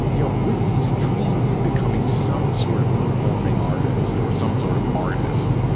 you know, with these dreams of becoming some sort of performing artist or some sort of artist,